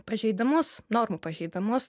pažeidimus normų pažeidimus